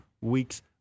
weeks